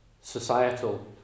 societal